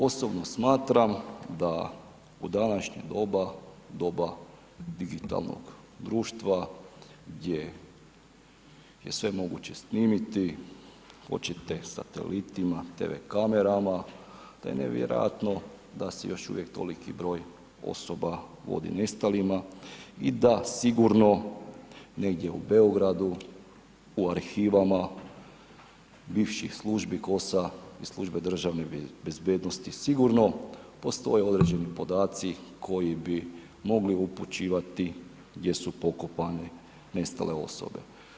Osobno smatram da u današnje doba, doba digitalnog društva je sve moguće snimiti hoćete satelitima, tv kamerama te je nevjerojatno da se još uvijek toliki broj osoba vodi nestalima i da sigurno negdje u Beogradu u arhivama bivših službi KOS-a i Službe državne bezbjednosti sigurno postoje određeni podaci koji bi mogli upućivati gdje su pokopane nestale osobe.